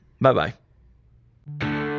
Bye-bye